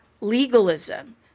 legalism